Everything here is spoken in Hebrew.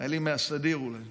חיילים מהסדיר אולי,